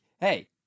hey